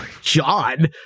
John